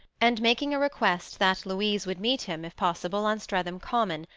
and making a request that louise would meet him, if possible, on streatham common,